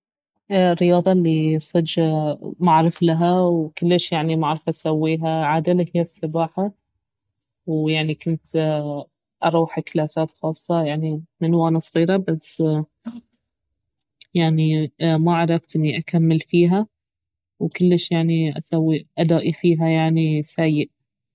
الرياضة الي صج ما اعرف لها وكلش يعني ما اعرف اسويها عدل اهي السباحة ويعني كنت اروح كلاسات خاصة من وانا صغيرة بس ما عرفت اني اكمل فيها وكلش يعني اسوي ادائي فيها سيء